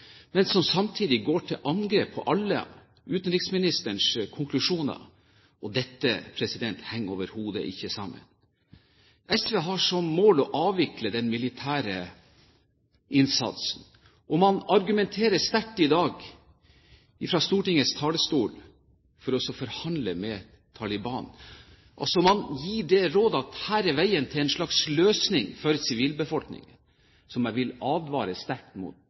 men som samtidig går til angrep på alle utenriksministerens konklusjoner. Dette henger overhodet ikke sammen. SV har som mål å avvikle den militære innsatsen, og man argumenterer i dag sterkt fra Stortingets talerstol for å forhandle med Taliban. Man gir altså det råd at dette er veien til en slags løsning for sivilbefolkningen, som jeg vil advare sterkt mot.